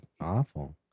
awful